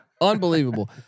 Unbelievable